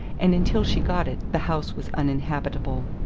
and until she got it the house was uninhabitable.